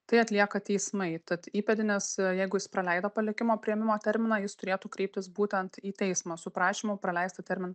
tai atlieka teismai tad įpėdinis jeigu jis praleido palikimo priėmimo terminą jis turėtų kreiptis būtent į teismą su prašymu praleistą termin